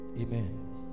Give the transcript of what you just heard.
Amen